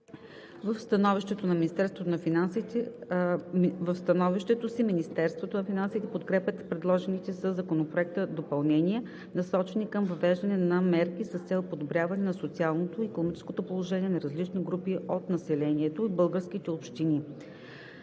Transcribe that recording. В становището си Министерството на финансите подкрепя предложените със Законопроекта допълнения, насочени към въвеждане на мерки с цел подобряване на социалното и икономическото положение на различни групи от населението и българските общини.